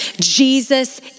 Jesus